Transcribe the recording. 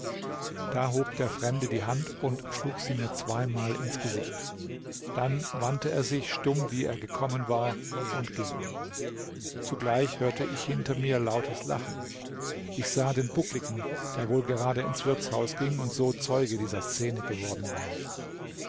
da hob der fremde die hand und schlug sie mir zweimal ins gesicht dann wandte er sich stumm wie er gekommen war und ging zugleich hörte ich hinter mir lautes lachen ich sah den buckligen der wohl gerade ins wirtshaus ging und so zeuge dieser szene geworden war